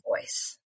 voice